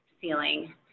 ceiling